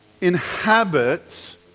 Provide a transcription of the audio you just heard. inhabits